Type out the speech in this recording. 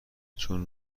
چون